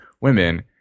women